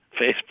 Facebook